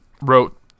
Wrote